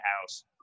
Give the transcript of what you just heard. house